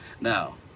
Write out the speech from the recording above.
Now